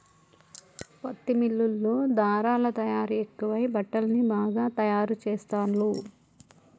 పత్తి మిల్లుల్లో ధారలా తయారీ ఎక్కువై బట్టల్ని బాగా తాయారు చెస్తాండ్లు